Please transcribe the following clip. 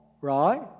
right